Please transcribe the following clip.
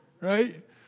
right